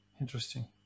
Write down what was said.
Interesting